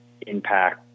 impact